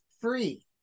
free